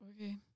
Okay